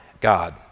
God